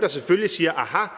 der selvfølgelig være nogle,